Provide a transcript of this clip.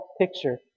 picture